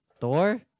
Thor